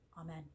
amen